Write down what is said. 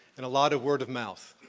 and a lot of word of mouth.